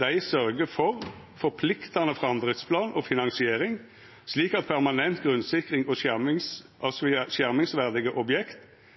dei «Sørger for forpliktende framdriftsplan og finansiering, slik at permanent grunnsikring av skjermingsverdige objekter i politiet og